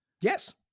Yes